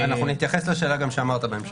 אנחנו נתייחס לשאלה שלך בהמשך.